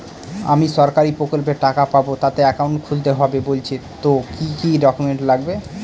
আমি সরকারি প্রকল্পের টাকা পাবো তাতে একাউন্ট খুলতে হবে বলছে তো কি কী ডকুমেন্ট লাগবে?